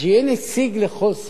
שיהיה נציג לכל סיעה.